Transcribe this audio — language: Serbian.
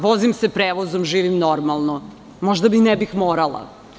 Vozim se prevozom i živim normalno, a možda i ne bih morala.